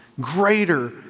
greater